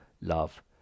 love